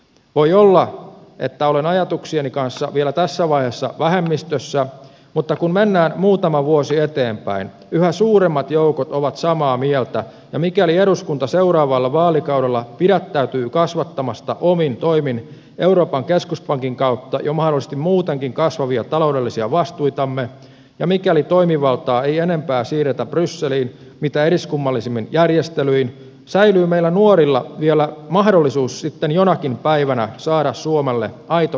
voi olla että olen ajatuksieni kanssa vielä tässä vaiheessa vähemmistössä mutta kun mennään muutama vuosi eteenpäin yhä suuremmat joukot ovat samaa mieltä ja mikäli eduskunta seuraavalla vaalikaudella pidättäytyy kasvattamasta omin toimin euroopan keskuspankin kautta ja mahdollisesti muutenkin kasvavia taloudellisia vastuitamme ja mikäli toimivaltaa ei enempää siirretä brysseliin mitä eriskummallisimmin järjestelyin säilyy meillä nuorilla vielä mahdollisuus sitten jonakin päivänä saada suomelle aito itsenäisyys takaisin